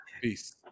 Peace